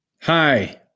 Hi